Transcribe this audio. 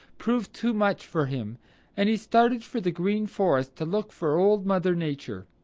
proved too much for him and he started for the green forest to look for old mother nature.